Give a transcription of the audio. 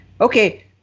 okay